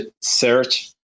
search